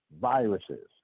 viruses